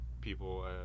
people